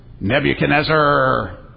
Nebuchadnezzar